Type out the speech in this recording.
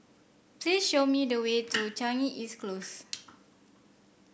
please show me the way to Changi East Close